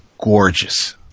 gorgeous